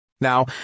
Now